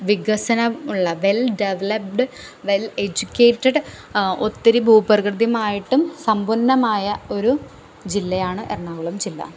വികസനം ഉള്ള well developed well educated ഒത്തിരി ഭൂപ്രകൃതിയുമായിട്ടും സമ്പന്നമായ ഒരു ജില്ലയാണ് എറണാകുളം ജില്ല